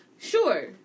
Sure